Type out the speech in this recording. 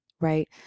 right